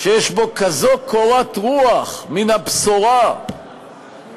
שיש בו כזאת קורת-רוח מן הבשורה שאיראן